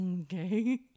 Okay